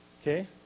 Okay